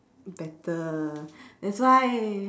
better that's why